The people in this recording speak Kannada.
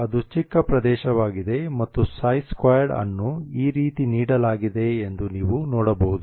ಅದು ಚಿಕ್ಕ ಪ್ರದೇಶವಾಗಿದೆ ಮತ್ತು ψ2 ಅನ್ನು ಈ ರೀತಿ ನೀಡಲಾಗಿದೆ ಎಂದು ನೀವು ನೋಡಬಹುದು